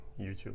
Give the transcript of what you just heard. YouTube